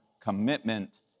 commitment